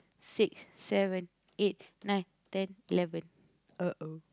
six seven eight nine ten eleven [uh-oh]